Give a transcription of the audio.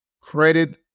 credit